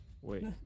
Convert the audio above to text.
wait